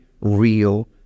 real